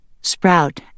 Sprout